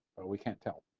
we can't tell.